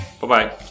Bye-bye